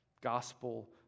gospel